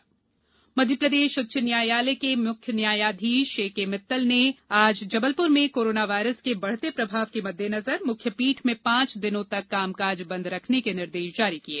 high court Madhya Pradesh उच्च न्यायालय के मुख्य न्यायाधीश ए के मित्तल ने आज जबलपुर में कोरोना वायरस के बढते प्रभाव के मददेनजर मुख्यपीठ में पांच दिनों तक कामकाज बंद रखने के निर्देश जारी किये